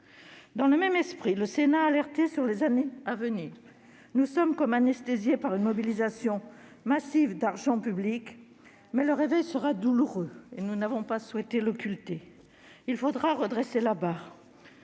Dans le même esprit, le Sénat a alerté sur les années à venir. Nous sommes comme anesthésiés par une mobilisation massive d'argent public, mais le réveil sera douloureux et nous n'avons pas souhaité l'occulter. Il faudra redresser la barre,